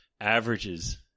averages